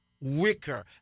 wicker